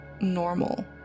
normal